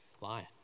lying